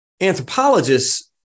anthropologists